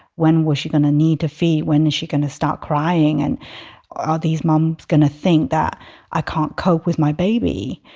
when was she going to need a feed? when is she going to start crying? and are are these mum going to think that i can't cope with my baby?